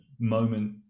moment